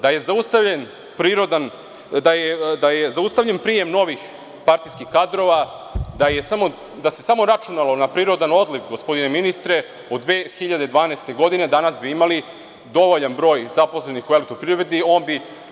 Da je zaustavljen prijem novih partijskih kadrova, da se samo računalo na prirodan odliv, gospodine ministre, od 2012. godine danas bi imali dovoljan broj zaposlenih u „Elektroprivredi“